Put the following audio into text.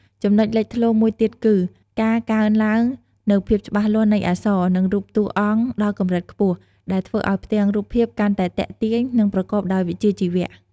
ចំណុចលេចធ្លោមួយទៀតគឺ ការកើនឡើងនូវភាពច្បាស់លាស់នៃអក្សរ និងរូបតួអង្គដល់កម្រិតខ្ពស់ ដែលធ្វើឲ្យផ្ទាំងរូបភាពកាន់តែទាក់ទាញ និងប្រកបដោយវិជ្ជាជីវៈ។